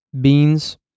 beans